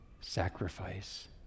sacrifice